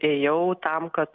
ėjau tam kad